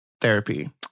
therapy